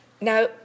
Now